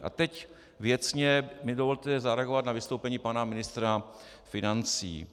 A teď věcně mi dovolte zareagovat na vystoupení pana ministra financí.